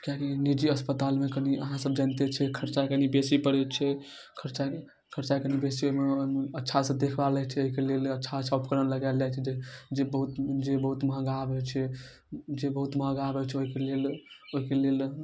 किएकि निजी अस्पतालमे कनि अहाँसभ जनिते छिए कि खरचा कनि बेसी पड़ै छै खरचा कनि बेसी ओहिमे अच्छासँ देखभाल होइ छै एहिके लेल अच्छा अच्छा उपकरण लगाएल जाइ छै जे बहुत जे बहुत महगा आबै छै जे बहुत महगा आबै छै ओहिके ओहिके लेल